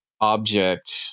object